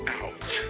out